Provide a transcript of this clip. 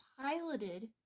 piloted